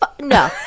No